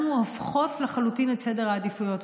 אנחנו הופכות לחלוטין את סדר העדיפויות,